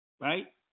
Right